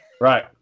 Right